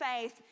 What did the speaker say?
faith